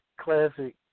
Classic